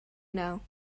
know